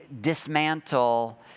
dismantle